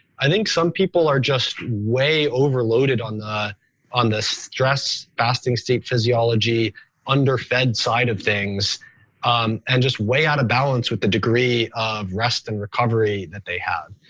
i think some people are just way overloaded on the on the stress fasting state physiology underfed side of things and just way out of balance with the degree of rest and recovery that they have.